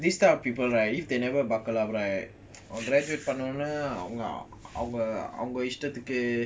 this type of people right if they never buckle up right பண்ணனும்னுஅவங்கஅவங்கஇஷ்டத்துக்கு:pannanumnu avanga istathuku I spend pranav and there are ways to the gurkha spend banana leh